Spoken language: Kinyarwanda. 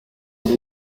mbi